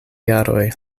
jaroj